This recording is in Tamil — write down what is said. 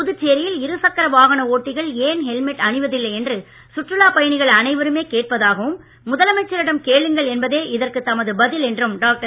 புதுச்சேரியில் இரு சக்கர வாகன ஓட்டிகள் ஏன் ஹெல்மெட் அணிவதில்லை என்று சுற்றுலாப் பயணிகள் அனைவருமே கேட்பதாகவும் முதலமைச்சரிடம் கேளுங்கள் என்பதே இதற்கு தமது பதில் என்றும் டாக்டர்